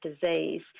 disease